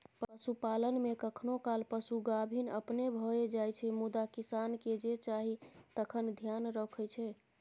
पशुपालन मे कखनो काल पशु गाभिन अपने भए जाइ छै मुदा किसानकेँ जे चाही तकर धेआन रखै छै